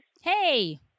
Hey